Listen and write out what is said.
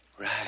Right